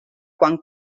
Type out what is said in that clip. quan